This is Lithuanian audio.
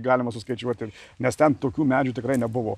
galima suskaičiuoti nes ten tokių medžių tikrai nebuvo